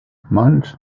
mont